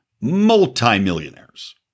multi-millionaires